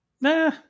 Nah